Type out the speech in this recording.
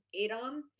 ADOM